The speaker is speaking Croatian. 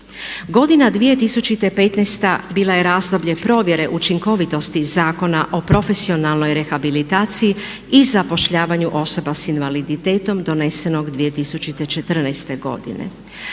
Godina 2015. bila je razdoblje provjere učinkovitosti Zakona o profesionalnoj rehabilitaciji i zapošljavanju osoba s invaliditetom donesenog 2014. godine.